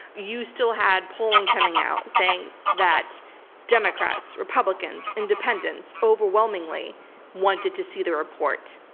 you still had polling coming out saying that democrats, republicans, independents overwhelmingly wanted to see the report.